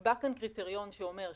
כשנקבע כאן קריטריון שאומר,